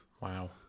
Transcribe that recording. Wow